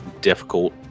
difficult